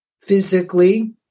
physically